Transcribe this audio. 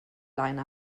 leine